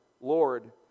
Lord